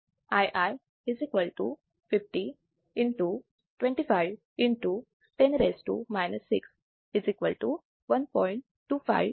आणि नंतर मला Rf 3